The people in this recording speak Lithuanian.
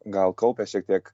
gal kaupia šiek tiek